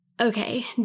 Okay